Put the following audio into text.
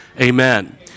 Amen